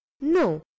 No